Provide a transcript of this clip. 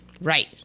Right